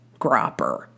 Gropper